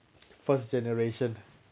first generation